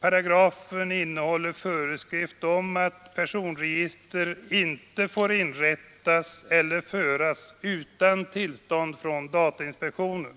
Paragrafen innehåller föreskrift om att personregister inte får inrättas eller föras utan tillstånd från datainspektionen.